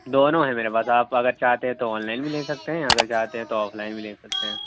دونوں ہیں میرے پاس آپ اگر چاہتے ہیں تو آن لائن بھی لے سکتے ہیں اگر چاہتے ہیں تو آف لائن بھی لے سکتے ہیں